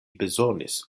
bezonis